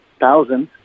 thousands